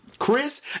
Chris